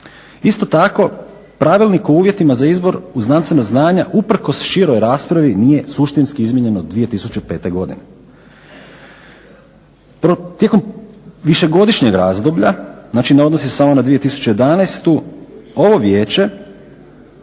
Isto tako, Pravilnik o uvjetima za izboru znanstvena znanja, usprkos široj raspravi nije suštinski izmijenjeno 2005. godine. Tijekom višegodišnjeg razdoblja, znači ne odnosi se samo na 2011., ovo Vijeće